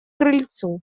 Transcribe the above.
крыльцу